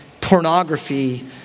pornography